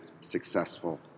successful